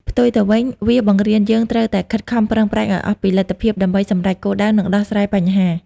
ផ្ទុយទៅវិញ វាបង្រៀន យើងត្រូវតែខិតខំប្រឹងប្រែងឱ្យអស់ពីលទ្ធភាពដើម្បីសម្រេចគោលដៅ និងដោះស្រាយបញ្ហា។